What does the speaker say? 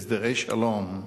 הסדרי שלום,